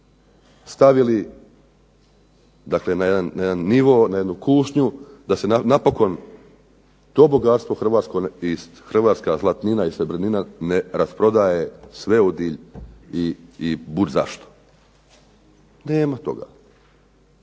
stavili na jedan nivo, na jednu kušnju da se napokon to bogatstvo hrvatsko i hrvatska zlatnina i srebrnina ne rasprodaje sveudilj i budzašto. Nema toga.